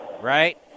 right